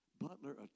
butler